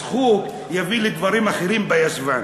הסחוג יביא לדברים אחרים בישבן.